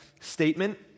statement